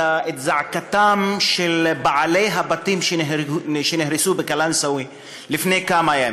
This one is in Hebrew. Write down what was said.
זעקתם של בעלי הבתים שנהרסו בקלנסואה לפני כמה ימים.